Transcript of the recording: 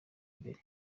imbere